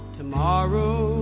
tomorrow